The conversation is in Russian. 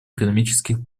экономических